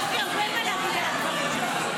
יש לי הרבה מה להגיד על הדברים האלה.